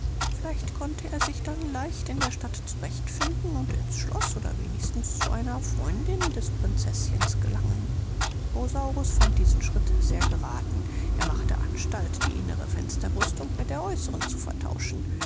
vielleicht konnte er sich dann leicht in der stadt zurecht finden und ins schloß oder wenigstens zu einer freundin des prinzeßchens gelangen rosaurus fand diesen schritt sehr gerathen er machte anstalt die innere fensterbrüstung mit der äußeren zu vertauschen